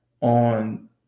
on